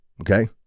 Okay